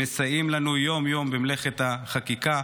שמסייעים לנו יום-יום במלאכת החקיקה.